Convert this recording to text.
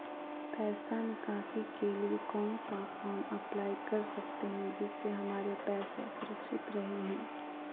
पैसा निकासी के लिए कौन सा फॉर्म अप्लाई कर सकते हैं जिससे हमारे पैसा सुरक्षित रहे हैं?